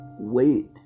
wait